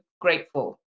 grateful